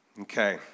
Okay